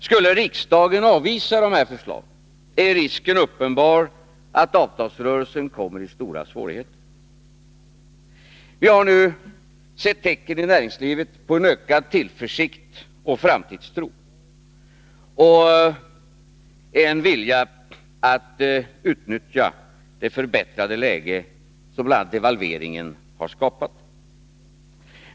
Skulle riksdagen avvisa de här förslagen är risken uppenbar att avtalsrörelsen kommer i stora svårigheter. Vi har nu sett tecken inäringslivet på en ökad tillförsikt och framtidstro och en vilja att utnyttja det Nr 50 förbättrade läge som bl.a. devalveringen har skapat.